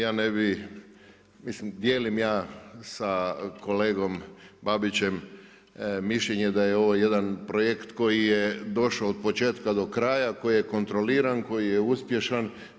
Ja ne bih, mislim dijelim ja sa kolegom Babićem mišljenje da je ovo jedan projekt koji je došao od početka do kraja, koji je kontroliran, koji je uspješan.